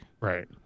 Right